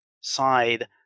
side